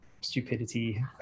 stupidity